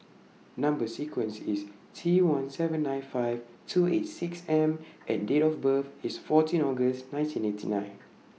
Number sequence IS T one seven nine five two eight six M and Date of birth IS fourteen August nineteen eighty nine